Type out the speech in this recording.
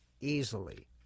easily